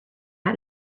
how